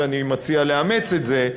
לא שאני מציע לאמץ את זה,